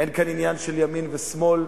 אין כאן עניין של ימין ושמאל,